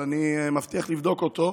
אבל אני מבטיח לבדוק אותו.